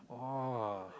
!wah!